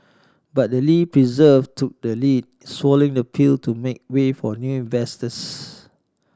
but the Lee persevere took the lead swallowing the pill to make way for new investors